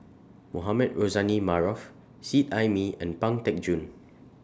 Mohamed Rozani Maarof Seet Ai Mee and Pang Teck Joon